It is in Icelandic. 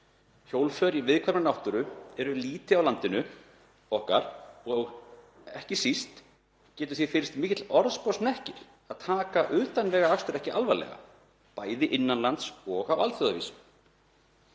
Hjólför í viðkvæmri náttúru eru lýti á landinu okkar og ekki síst getur því fylgt mikill orðsporshnekkir að taka utanvegaakstur ekki alvarlega, bæði innan lands og á alþjóðavísu.